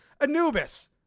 Anubis